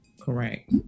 correct